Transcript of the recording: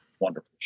wonderful